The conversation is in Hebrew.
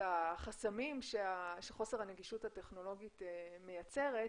החסמים שחוסר הנגישות הטכנולוגית מייצרת,